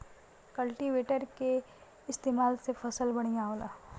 cultivator के इस्तेमाल से फसल बढ़िया होला